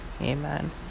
Amen